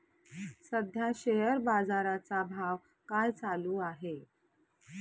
सध्या शेअर बाजारा चा भाव काय चालू आहे?